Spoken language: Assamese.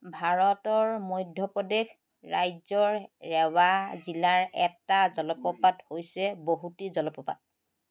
ভাৰতৰ মধ্যপ্ৰদেশ ৰাজ্যৰ ৰেৱা জিলাৰ এটা জলপ্ৰপাত হৈছে বহুটী জলপ্ৰপাত